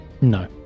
No